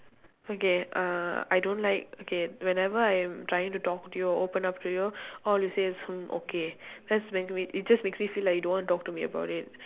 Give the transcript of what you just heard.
okay uh I don't like okay whenever I'm trying to talk to you or open up to you all you say is hmm okay that's make me it just make me feel like you don't want to talk to me about it